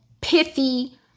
pithy